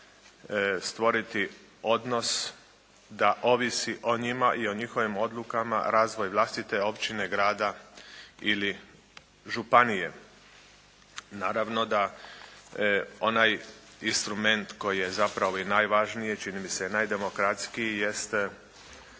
stvoriti odnos da ovisi o njima i o njihovim odlukama razvoj vlastite općine, grada ili županije. Naravno da onaj instrument koji je zapravo i najvažniji, čini mi se i najdemokratskiji jest